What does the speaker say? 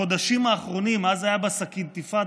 אז זה היה בסכינתיפאדה,